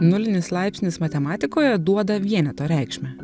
nulinis laipsnis matematikoje duoda vieneto reikšmę